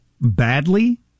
badly